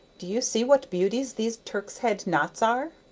do you see what beauties these turk's-head knots are?